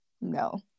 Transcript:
No